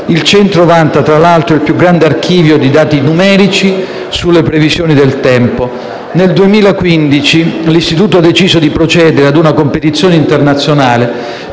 Il Centro vanta, fra l'altro, il più grande archivio di dati numerici sulle previsioni del tempo. Nel 2015 l'Istituto ha deciso di procedere ad una competizione internazionale